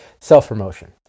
self-promotion